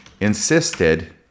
insisted